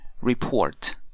report